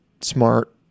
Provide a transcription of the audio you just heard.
smart